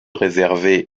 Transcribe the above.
réservée